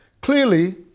Clearly